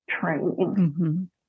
training